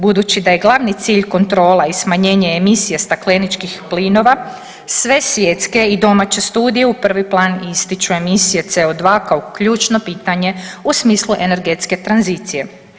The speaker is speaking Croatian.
Budući da je glavni cilj kontrola i smanjenje emisije stakleničkih plinova, sve svjetske i domaće studije u prvi plan ističu emisije CO2 kao ključno pitanje u smislu energetske tranzicije.